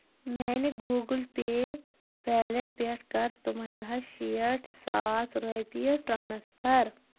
میانہِ Google Pay wallet پٮ۪ٹھ کَر سُمَیٛا ہَس شیٚٹھ ساس رۄپیہِ ٹرانسفر